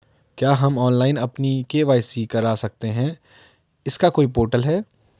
क्या हम ऑनलाइन अपनी के.वाई.सी करा सकते हैं इसका कोई पोर्टल है?